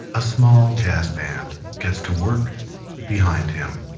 a small jazz band gets to work behind him